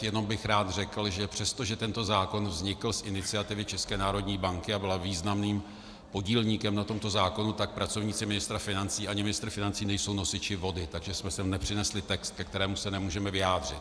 Jenom bych rád řekl, že přestože tento zákon vznikl z iniciativy České národní banky a byla významným podílníkem na tomto zákonu, tak pracovníci ministra financí ani ministr financí nejsou nosiči vody, takže jsme sem nepřinesli text, ke kterému se nemůžeme vyjádřit.